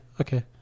okay